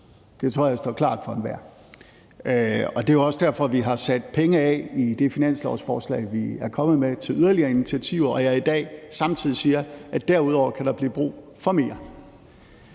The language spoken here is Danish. Det tror jeg står klart for enhver. Det er også derfor, at vi har sat penge af i det finanslovsforslag, vi er kommet med, til yderligere initiativer, og at jeg i dag samtidig siger, at der derudover kan blive brug for mere.